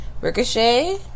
Ricochet